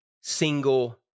single